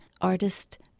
artist